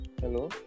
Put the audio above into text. Hello